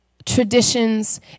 traditions